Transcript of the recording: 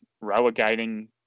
relegating